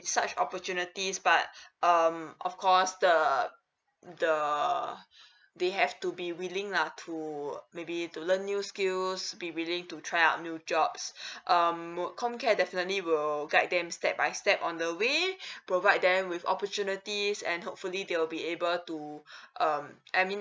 such opportunities but um of course the the they have to be willing lah to maybe to learn new skills be willing to try out new jobs um comcare definitely will guide them step by step on the way provide them with opportunities and hopefully they'll be able to um I mean